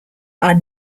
are